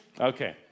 Okay